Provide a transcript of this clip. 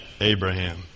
Abraham